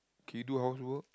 can you do housework